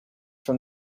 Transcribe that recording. from